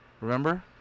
Remember